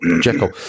Jekyll